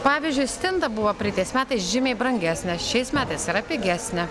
pavyzdžiui stinta buvo praeitais metais žymiai brangesnė šiais metais yra pigesnė